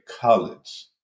college